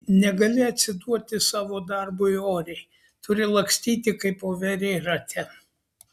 negali atsiduoti savo darbui oriai turi lakstyti kaip voverė rate